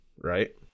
right